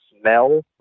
smell